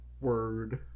word